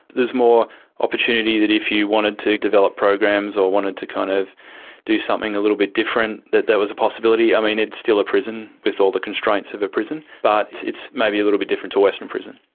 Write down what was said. there's more opportunity that if you wanted to develop programs or wanted to kind of do something a little bit different, that there was a possibility. i mean, it's still a prison with all the constraints of a prison, but it's it's maybe a little bit different to a western prison.